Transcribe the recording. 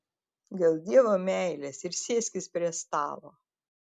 dėl dievo meilės ir sėskis prie stalo